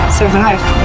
Survive